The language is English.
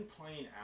playing